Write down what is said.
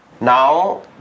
now